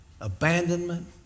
abandonment